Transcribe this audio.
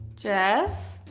jess?